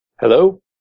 Hello